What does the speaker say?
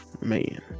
Man